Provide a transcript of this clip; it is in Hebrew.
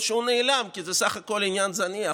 או שהוא נעלם כי זה סך הכול עניין זניח.